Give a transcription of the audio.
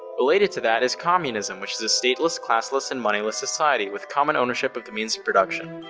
related to that is communism, which is a stateless, classless, and moneyless society with common ownership of the means of production.